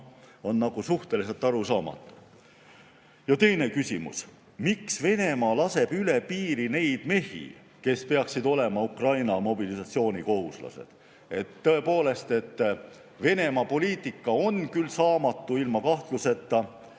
on suhteliselt arusaamatu. Teine küsimus: miks Venemaa laseb üle piiri neid mehi, kes peaksid olema Ukraina mobilisatsioonikohuslased? Tõepoolest, Venemaa poliitika on küll saamatu, ilma kahtluseta,